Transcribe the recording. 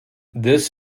this